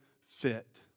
fit